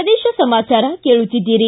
ಪ್ರದೇಶ ಸಮಾಚಾರ ಕೇಳುತ್ತಿದ್ದೀರಿ